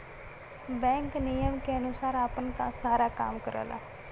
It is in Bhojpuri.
बैंक नियम के अनुसार आपन सारा काम करला